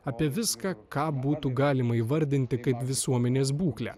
apie viską ką būtų galima įvardinti kaip visuomenės būklę